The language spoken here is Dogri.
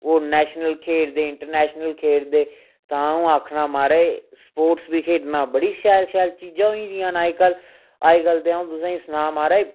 ओह् नेशनल खेढदे इंटरनेशनल खेढदे तां अ'ऊं आखना महाराज स्पोर्टस खेढना बड़ी शैल शैल चीज़ा होई गेदियां न अज्जकल अज्जकल ते अ'ऊं तुसेंगी सनां महाराज